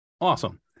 Awesome